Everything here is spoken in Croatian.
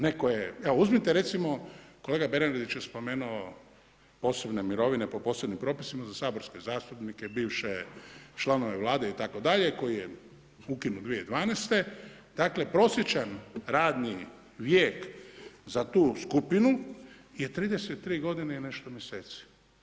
Netko je, evo uzmite, recimo, kolega Bernardić je spomenuo, posebne mirovine po posebnim propisima za saborske zastupnike, bivše članove Vlade i tako dalje, koji je ukinut 2012. dakle, prosječan radni vijek za tu skupinu je 33 godine i nešto mjeseci.